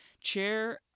Chair